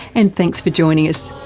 and thanks for joining us,